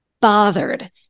bothered